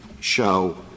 show